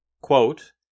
quote